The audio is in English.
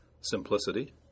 Simplicity